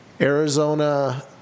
Arizona